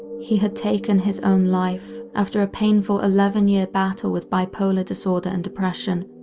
he had taken his own life after a painful eleven years battle with bipolar disorder and depression.